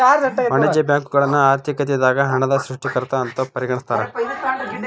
ವಾಣಿಜ್ಯ ಬ್ಯಾಂಕುಗಳನ್ನ ಆರ್ಥಿಕತೆದಾಗ ಹಣದ ಸೃಷ್ಟಿಕರ್ತ ಅಂತ ಪರಿಗಣಿಸ್ತಾರ